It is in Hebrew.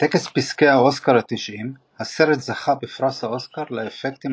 בטקס פרסי אוסקר ה-90 הסרט זכה בפרס אוסקר לאפקטים